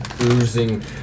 oozing